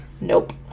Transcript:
Nope